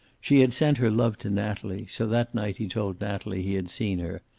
she had sent her love to natalie, so that night he told natalie he had seen her,